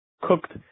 cooked